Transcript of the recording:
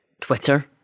Twitter